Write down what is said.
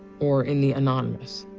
or in the anonymous.